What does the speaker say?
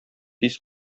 тиз